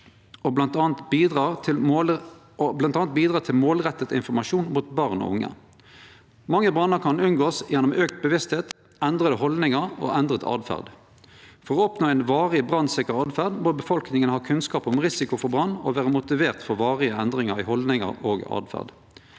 og bl.a. å bidra til målretta informasjon mot barn og unge. Mange brannar kan unngåast gjennom auka bevisstheit, endra haldningar og endra åtferd. For å oppnå ei varig brannsikker åtferd må befolkninga ha kunnskap om risiko for brann og vere motivert for varige endringar i haldningar og åtferd.